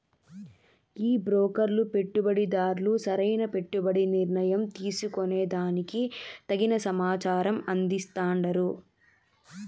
ఈ బ్రోకర్లు పెట్టుబడిదార్లు సరైన పెట్టుబడి నిర్ణయం తీసుకునే దానికి తగిన సమాచారం అందిస్తాండారు